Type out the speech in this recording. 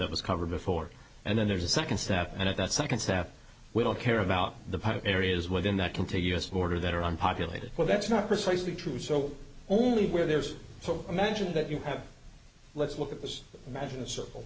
that was covered before and then there's a second step and at that second step we don't care about the areas within that contiguous border that are unpopulated well that's not precisely true so only where there's so imagine that you have let's look at this imagine a circle